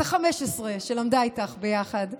בת ה-15, שלמדה איתך ביחד,